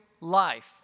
life